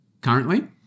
currently